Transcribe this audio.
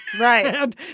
Right